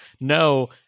no